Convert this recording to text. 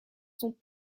sont